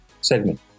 segment